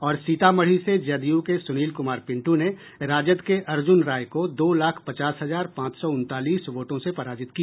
और सीतामढ़ी से जदयू के सुनील कुमार पिंटू ने राजद के अर्जुन राय को दो लाख पचास हजार पांच सौ उनतालीस वोटों से पराजित किया